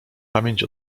pamięć